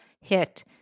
hit